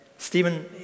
Stephen